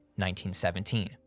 1917